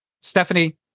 Stephanie